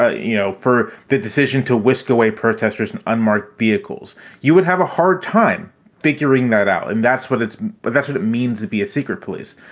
ah you know, for the decision to whisk away protesters, and unmarked vehicles, you would have a hard time figuring that out. and that's what it's but that's what it means to be a secret police.